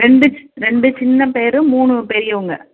ரெண்டு ரெண்டு சின்ன பேர் மூணு பெரியவங்க